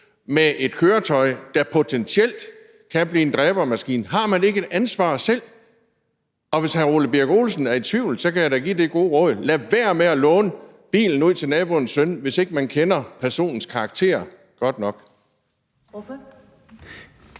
med et køretøj, der potentielt kan blive en dræbermaskine. Har man ikke et ansvar selv? Og hvis hr. Ole Birk Olesen er i tvivl, kan jeg da give det gode råd, at man skal lade være med at låne bilen ud til naboens søn, hvis ikke man kender hans karakter godt nok. Kl.